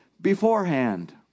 Beforehand